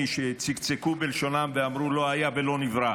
שצקצקו בלשונם ואמרו: לא היה ולא נברא.